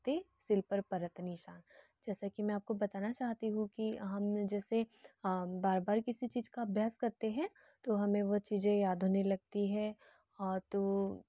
ते सिल पर पड़त निसा जैसा कि मैं आपको बताना चाहती हूँ कि हम जैसे बार बार किसी चीज़ का अभ्यास करते हैं तो हमें वह चीज़ याद होने लगती है आ तो